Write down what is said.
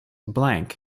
blank